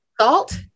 Salt